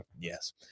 yes